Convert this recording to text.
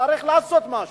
צריך לעשות משהו.